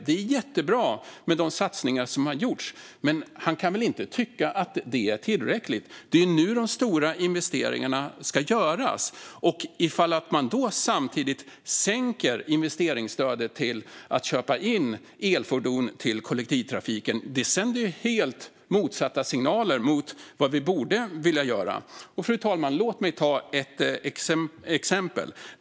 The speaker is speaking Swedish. Det är jättebra med de satsningar som har gjorts, men han kan väl inte tycka att det är tillräckligt? Det är ju nu de stora investeringarna ska göras, och ifall man då samtidigt sänker investeringsstödet till att köpa in elfordon till kollektivtrafiken sänder det helt motsatta signaler mot vad vi borde vilja göra. Fru talman! Låt mig ta ett exempel.